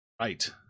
Right